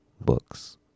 books